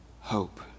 hope